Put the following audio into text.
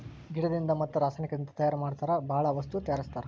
ಗಿಡದಿಂದ ಮತ್ತ ರಸಾಯನಿಕದಿಂದ ತಯಾರ ಮಾಡತಾರ ಬಾಳ ವಸ್ತು ತಯಾರಸ್ತಾರ